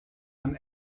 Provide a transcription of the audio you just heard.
man